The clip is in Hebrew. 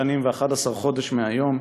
תשע שנים ו-11 חודש מהיום,